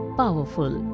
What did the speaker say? powerful